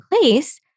place